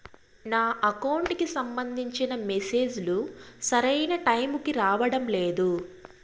నా అకౌంట్ కి సంబంధించిన మెసేజ్ లు సరైన టైముకి రావడం లేదు